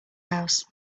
house